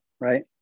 right